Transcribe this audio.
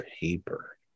paper